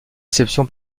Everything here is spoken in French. déception